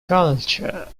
culture